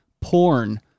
porn